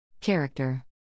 Character